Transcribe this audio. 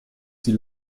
sie